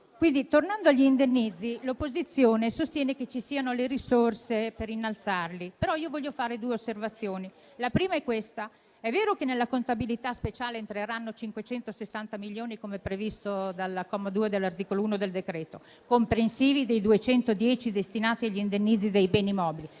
Tornando agli indennizzi, l'opposizione sostiene che ci siano le risorse per innalzarli. Però io voglio fare due osservazioni. La prima è questa: è vero che nella contabilità speciale entreranno 560 milioni, come previsto dal comma 2 dell'articolo 1 del decreto, comprensivi dei 210 destinati agli indennizzi dei beni mobili,